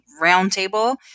roundtable